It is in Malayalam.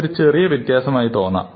ഇതൊരു ചെറിയ വ്യത്യാസം ആയി തോന്നാം